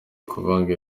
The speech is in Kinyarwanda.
kuvanga